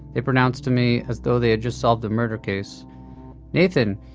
they pronounced to me, as though they had just solved a murder case nathan,